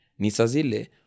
Nisazile